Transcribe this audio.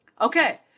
Okay